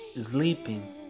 sleeping